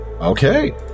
Okay